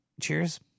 Cheers